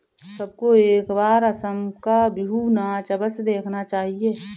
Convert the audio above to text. सबको एक बार असम का बिहू नाच अवश्य देखना चाहिए